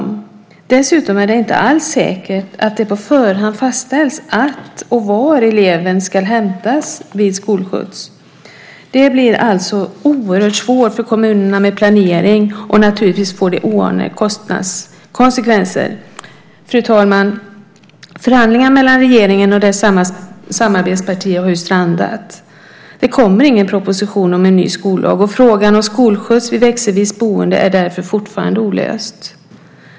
Det är dessutom inte alls säkert att det på förhand fastställs att och var eleven ska hämtas vid skolskjuts. Det blir alltså oerhört svårt för kommunerna att planera och det får naturligtvis oanade kostnadskonsekvenser. Fru talman! Förhandlingarna mellan regeringen och dess samarbetspartier har ju strandat. Det kommer ingen proposition om en ny skollag. Frågan om skolskjuts vid växelvis boende är därför fortfarande olöst.